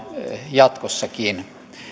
jatkossakin